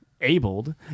abled